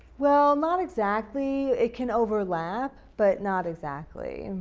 well, not exactly. it can overlap, but not exactly.